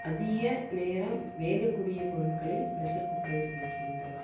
அதிக நேரம் வேகக் கூடிய பொருட்களை ப்ரெஷர் குக்கரில் வைக்கின்றேன்